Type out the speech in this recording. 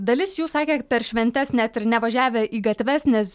dalis jų sakė per šventes net ir nevažiavę į gatves nes